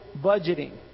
budgeting